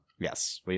Yes